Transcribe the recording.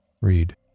Read